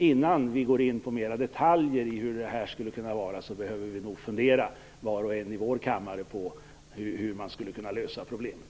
Innan vi går in på mera detaljer behöver vi nog, var och en på sin kammare, fundera över hur man skulle kunna lösa problemet.